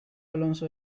alonso